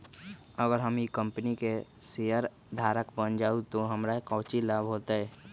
अगर हम ई कंपनी के शेयरधारक बन जाऊ तो हमरा काउची लाभ हो तय?